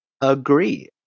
agree